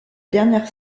dernière